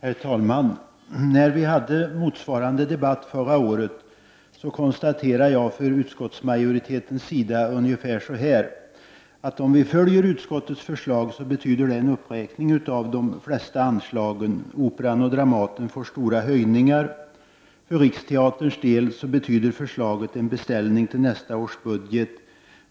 Herr talman! När vi hade motsvarande debatt förra året konstaterade jag för utskottsmajoritetens sida ungefär detta: Om vi följer utskottets förslag betyder det en uppräkning av de flesta anslagen. Operan och Dramaten får stora höjningar. För Riksteaterns del betyder förslaget en beställning till nästa års budget.